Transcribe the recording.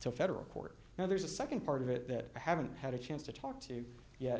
to federal court now there's a nd part of it that i haven't had a chance to talk to yet